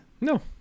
No